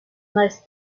meist